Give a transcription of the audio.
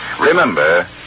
Remember